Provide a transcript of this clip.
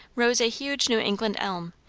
rose a huge new england elm,